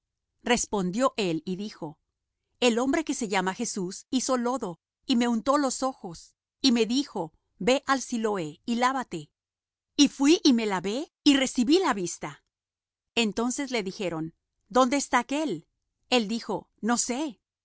respondió él y dijo el hombre que se llama jesús hizo lodo y me untó los ojos y me dijo ve al siloé y lávate y fuí y me lavé y recibí la vista entonces le dijeron dónde está aquél el dijo no sé